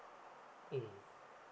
mm